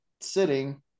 sitting